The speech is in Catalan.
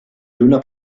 lluna